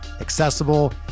accessible